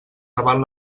davant